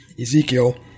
Ezekiel